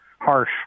harsh